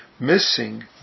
missing